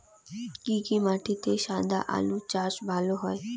কি কি মাটিতে সাদা আলু চাষ ভালো হয়?